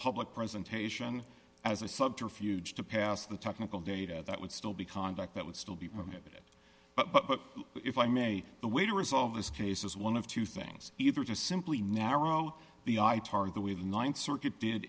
public presentation as a subterfuge to pass the technical data that would still be conduct that would still be prohibited but if i may the way to resolve this case is one of two things either just simply narrow the i part of the way the th circuit did